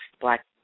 black